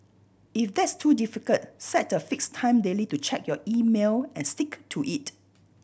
if that's too difficult set a fixed time daily to check your email and stick to it